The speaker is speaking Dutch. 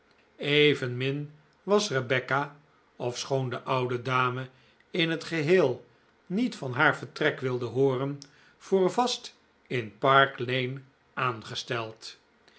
evenmin was rebecca ofschoon de oude dame in het geheel niet van haar vertrek wilde hooren voor vast in park lane aangesteld